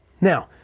Now